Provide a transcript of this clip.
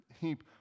heap